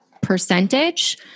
percentage